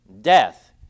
Death